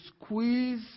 squeeze